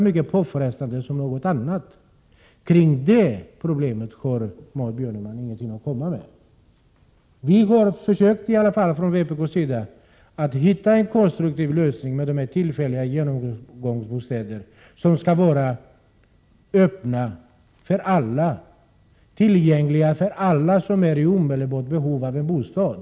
När det gäller det problemet hade Maud Björnemalm ingenting att komma med. Från vpk:s sida har vi försökt finna en konstruktiv lösning med tillfälliga genomgångsbostäder, som skall vara tillgängliga för alla som är i omedelbart behov av en bostad.